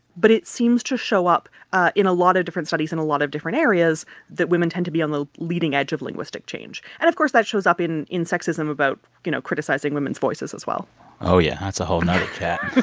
but it seems to show up ah in a lot of different studies, in a lot of different areas that women tend to be on the leading edge of linguistic change. and, of course, that shows up in in sexism about, you know, criticizing women's voices, as well oh, yeah. that's a whole nother chat